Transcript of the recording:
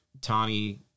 Tommy